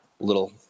Little